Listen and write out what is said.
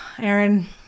Aaron